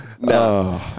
No